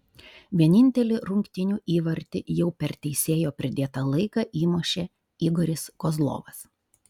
vienintelį rungtynių įvartį jau per teisėjo pridėtą laiką įmušė igoris kozlovas